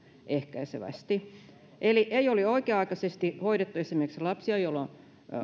ehkäisevästi eli ei ole oikea aikaisesti hoidettu esimerkiksi lapsia joilla on